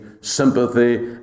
sympathy